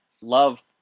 Love